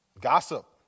Gossip